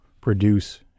produce